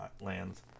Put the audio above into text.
lands